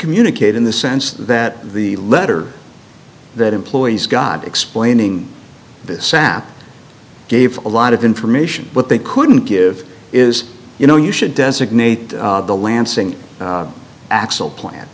communicate in the sense that the letter that employees got explaining the sap gave a lot of information what they couldn't give is you know you should designate the lancing axle plant